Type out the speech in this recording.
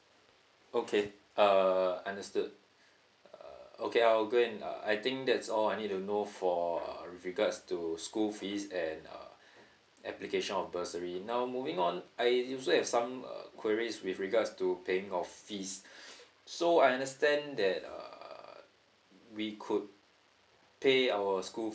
okay uh understood uh okay I'll go and I think that's all I need to know for uh regards to school fees and err application of bursary now moving on I still have some uh queries with regards to paying of fees so I understand that err we could pay our school